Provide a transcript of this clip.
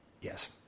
yes